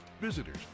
visitors